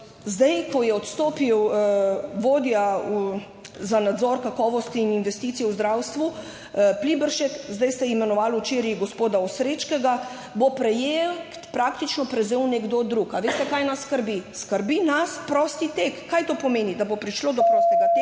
Zdaj, ko je odstopil vodja Urada za nadzor, kakovost in investicije v zdravstvu Pliberšek, včeraj ste imenovali gospoda Osrečkega, bo objekt praktično prevzel nekdo drug. A veste, kaj nas skrbi? Skrbi nas prosti tek. Kaj to pomeni? Da bo prišlo do prostega teka,